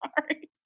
sorry